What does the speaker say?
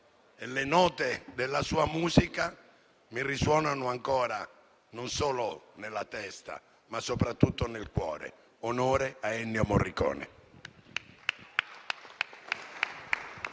e le note della sua musica mi risuonano ancora, non solo nella testa, ma soprattutto nel cuore. Onore a Ennio Morricone!